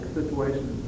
situation